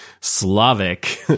Slavic